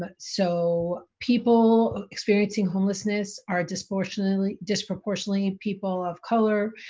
but so people experiencing homelessness are disproportionately disproportionately people of color,